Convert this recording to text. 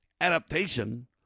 adaptation